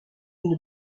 une